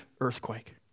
earthquake